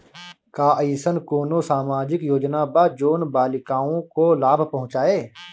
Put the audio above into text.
का अइसन कोनो सामाजिक योजना बा जोन बालिकाओं को लाभ पहुँचाए?